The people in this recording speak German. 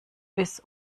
bis